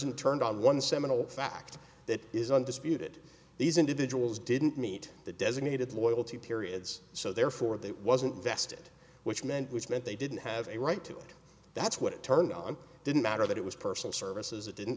surgeon turned on one seminal fact that is undisputed these individuals didn't meet the designated loyalty periods so therefore they wasn't vested which meant which meant they didn't have a right to it that's what it turned on didn't matter that it was personal services it didn't